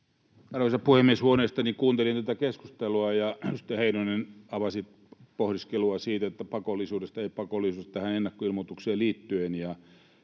Arvoisa puhemies! Huoneestani kuuntelin tätä keskustelua, ja edustaja Heinonen avasi pohdiskelua pakollisuudesta, eli pakollisuudesta tähän ennakkoilmoitukseen liittyen,